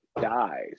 dies